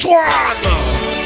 one